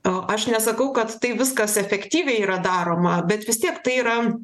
o aš nesakau kad tai viskas efektyviai yra daroma bet vis tiek tai yra